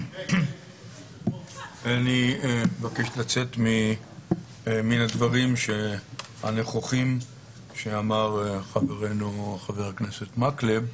אני מבקש לצאת מן הדברים הנכוחים שאמר חברנו חבר הכנסת מקלב.